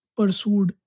pursued